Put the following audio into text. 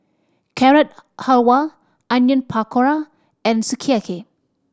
Carrot Halwa Onion Pakora and Sukiyaki